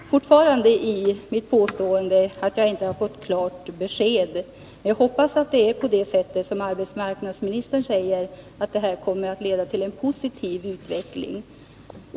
Herr talman! Jag framhärdar fortfarande i mitt påstående att jag inte fått klart besked. Jag hoppas att det är på det sättet som arbetsmarknadsministern säger, nämligen att det här kommer att leda till en positiv utveckling.